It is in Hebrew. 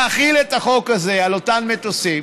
להחיל את החוק הזה על אותם מטוסים,